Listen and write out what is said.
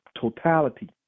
totality